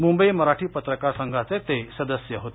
मुंबई मराठी पत्रकार संघाचे ते सदस्य होते